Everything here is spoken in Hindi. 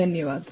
धन्यवाद